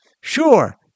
Sure